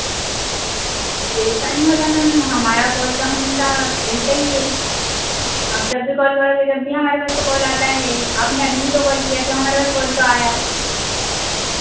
ऐसा नहीं होता मैम हमारा कॉल तो हमेशा रहता ही है आप जब भी कॉल करोगे जब भी हमारे पास तो कॉल आता है आपने अभी भी तो कॉल किया तो हमारे पास कॉल तो आया